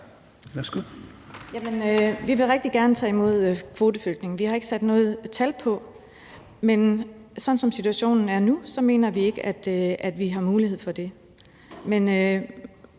vi vil rigtig gerne tage imod kvoteflygtninge. Vi har ikke sat noget tal på, men som situationen er nu, mener vi ikke, at vi har mulighed for det.